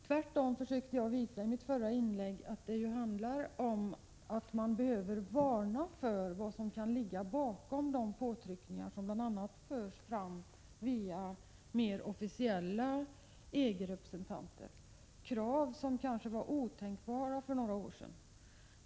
Tvärtom försökte jag visa i mitt förra inlägg att det handlar om att man behöver varna för vad som kan ligga bakom de påtryckningar som bl.a. förs fram via mer officiella EG-representanter, krav som kanske var otänkbara för några år sedan.